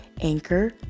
Anchor